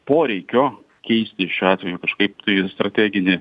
poreikio keisti šiuo atveju kažkaip tai strateginį